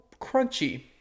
crunchy